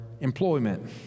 employment